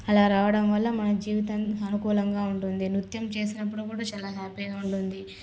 అలా రావడం వల్ల మన జీవితం అనుకూలంగా ఉంటుంది నృత్యం చేసినప్పుడు కూడా చాలా హ్యాపీగా ఉంటుంది